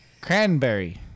Cranberry